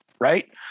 right